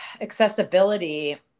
accessibility